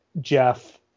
Jeff